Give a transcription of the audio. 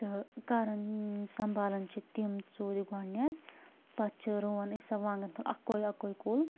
تہٕ کران سنٛبھالان چھِ تِم ژوٗر گۄڈٕنٮ۪تھ پتہٕ چھِ رُوان أسۍ سۄ وانٛگن تھل اکوے اکوے کُل